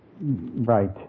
Right